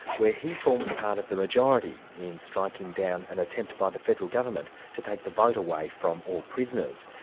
where he formed part of the majority in striking down an attempt by the federal government to take the vote away from all prisoners.